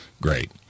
great